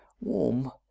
warm